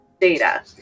data